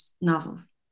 novels